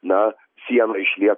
na siena išlieka